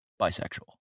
bisexual